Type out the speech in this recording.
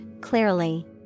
clearly